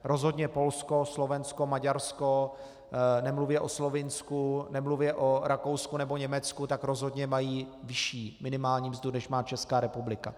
Rozhodně Polsko, Slovensko, Maďarsko, nemluvě o Slovinsku, nemluvě o Rakousku nebo Německu, tak rozhodně mají vyšší minimální mzdu, než má Česká republika.